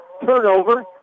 turnover